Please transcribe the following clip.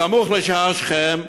בסמוך לשער שכם.